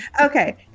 Okay